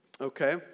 okay